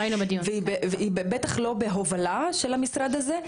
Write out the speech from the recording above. והיא בטח לא בהובלה של המשרד הזה.